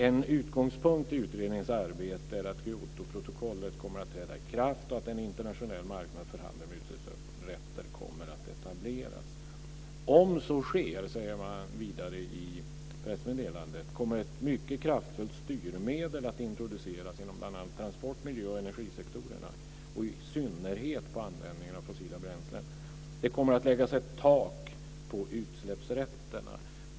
En utgångspunkt i utredningens arbete är att Kyotoprotokollet kommer att träda i kraft och att en internationell marknad för handel med utsläppsrätter kommer att etableras. Om så sker, säger man vidare i pressmeddelandet, kommer ett mycket kraftfullt styrmedel att introduceras genom bl.a. transport-, miljö och energisektorerna och i synnerhet på användningen av fossila bränslen. Det kommer att läggas ett tak på utsläppsrätterna.